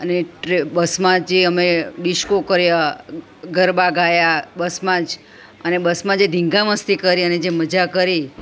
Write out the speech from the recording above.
અને એટલે બસમાં જે અમે ડિસ્કો કર્યા ગરબા ગાયા બસમાં જ અને બસમાં જે ધીંગા મસ્તી કરી અને જે મજા કરી